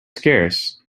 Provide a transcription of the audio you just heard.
scarce